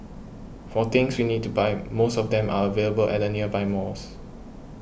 for things we need to buy most of them are available at the nearby malls